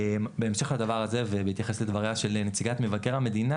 בהמשך לדבר הזה ובהתייחס לדבריה של נציגת מבקר המדינה,